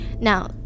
now